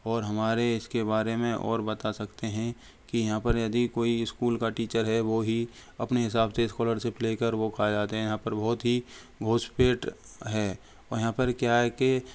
और हमारे इसके बारे में और बता सकते हैं कि यहाँ पर यदि कोई स्कूल का टीचर है वो ही अपने हिंसाब से स्कॉलरशिप लेकर वो खा जाते हैं यहाँ पर बहुत ही घुसपेट है औ यहाँ पर क्या है कि